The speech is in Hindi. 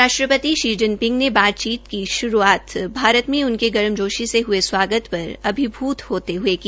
राष्ट्रपति शी जिनपिंग ने बातचीत की शुरूआत भारत में उनके गर्मजोशी से हुए स्वागत पर अभिभूत होते हुए की